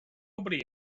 nobody